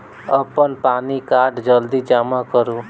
अप्पन पानि कार्ड जल्दी जमा करू?